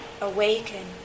awaken